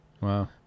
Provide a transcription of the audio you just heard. Wow